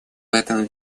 этом